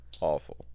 Awful